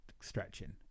stretching